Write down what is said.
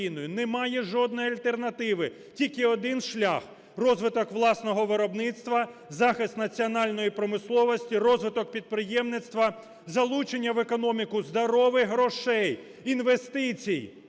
немає жодної альтернативи, тільки один шлях: розвитку власного виробництва, захист національної промисловості, розвиток підприємництва, залучення в економіку здорових грошей, інвестицій,